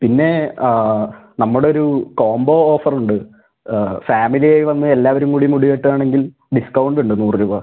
പിന്നെ നമ്മളൊരു കോംബോ ഓഫറുണ്ട് ഫാമിലിയായി വന്ന് എല്ലാവരും കൂടി മുടി വെട്ടുകാണെങ്കിൽ ഡിസ്കൗണ്ടുണ്ട് നൂറ് രൂപ